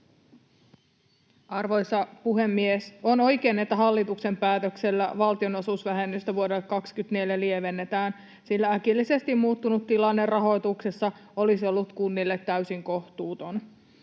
Arvoisa puhemies! On oikein, että hallituksen päätöksellä valtionosuusvähennystä vuodelle 24 lievennetään, sillä äkillisesti muuttunut tilanne rahoituksessa olisi ollut kunnille täysin kohtuuton.